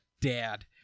dad